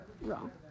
Wrong